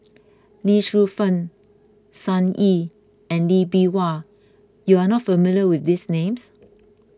Lee Shu Fen Sun Yee and Lee Bee Wah you are not familiar with these names